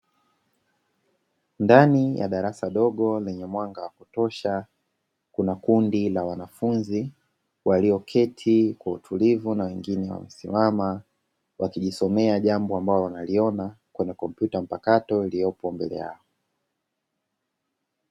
Ndani ya darasa dogo lenye mwanga wa kutosha. Kuna kundi la wanafunzi walioketi kwa utulivu na wengine wamesimama, wakijisomea jambo ambalo wanaloliona kwenye kompyuta mpakato iliyopo mbele yao.